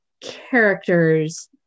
characters